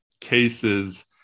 cases